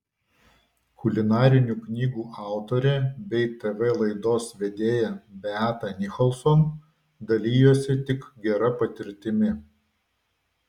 kulinarinių knygų autorė bei tv laidos vedėja beata nicholson dalijosi tik gera patirtimi